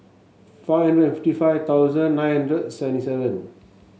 five hundred and fifty five thousand nine hundred seventy seven